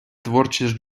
творчість